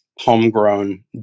homegrown